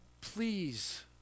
Please